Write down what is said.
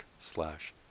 slash